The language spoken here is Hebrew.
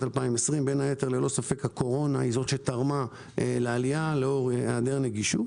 2020. בין היתר ללא ספק הקורונה תרמה לעלייה לאור היעדר נגישות.